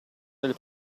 del